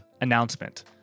Announcement